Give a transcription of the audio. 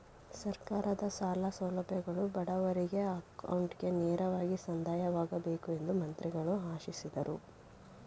ಸರ್ಕಾರದ ಸಾಲ ಸೌಲಭ್ಯಗಳು ಬಡವರಿಗೆ ಅಕೌಂಟ್ಗೆ ನೇರವಾಗಿ ಸಂದಾಯವಾಗಬೇಕು ಎಂದು ಮಂತ್ರಿಗಳು ಆಶಿಸಿದರು